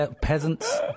peasants